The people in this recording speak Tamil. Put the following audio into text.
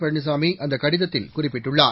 பழனிசாமி அந்த கடிதத்தில் குறிப்பிட்டுள்ளார்